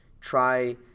try